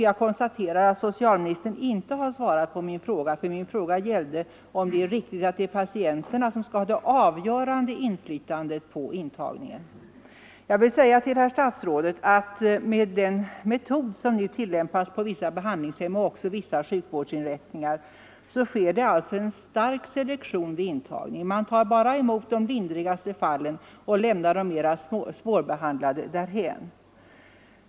Jag konstaterar att socialministern inte har svarat på min fråga, ty frågan gällde om det är riktigt att patienterna skall ha det avgörande inflytandet på intagningen. Jag vill säga till herr statsrådet att med den metod som nu tillämpas på vissa behandlingshem och sjukvårdsinrättningar sker det en stark selektion vid intagningen. Man tar bara emot de lindrigaste fallen och lämnar de mera svårbehandlade därhän.